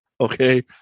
okay